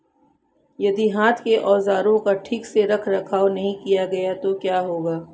यदि हाथ के औजारों का ठीक से रखरखाव नहीं किया गया तो क्या होगा?